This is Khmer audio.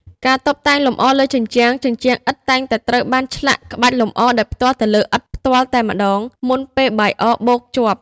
ការតុបតែងលម្អលើជញ្ជាំង ជញ្ជាំងឥដ្ឋតែងតែត្រូវបានឆ្លាក់ក្បាច់លម្អដោយផ្ទាល់ទៅលើឥដ្ឋផ្ទាល់តែម្ដង មុនពេលបាយអរបូកជាប់។